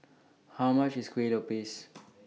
How much IS Kueh Lopes